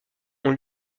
ont